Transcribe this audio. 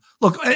look